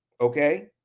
okay